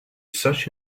such